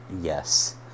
yes